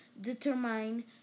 determine